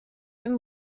him